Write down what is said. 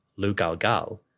Lugalgal